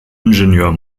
ingenieur